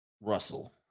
Russell